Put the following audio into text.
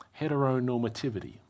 Heteronormativity